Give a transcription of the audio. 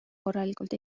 korralikult